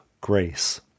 grace